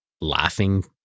laughing